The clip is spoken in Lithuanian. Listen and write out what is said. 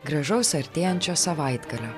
gražaus artėjančio savaitgalio